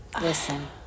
Listen